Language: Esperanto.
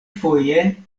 foje